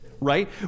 right